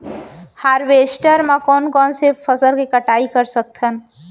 Harvester म कोन कोन से फसल के कटाई कर सकथन?